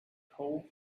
kauf